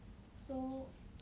so